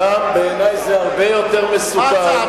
שם, בעיני, זה הרבה יותר מסוכן.